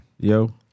Yo